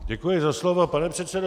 Děkuji za slovo, pane předsedo.